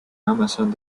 amazon